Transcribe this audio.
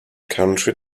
country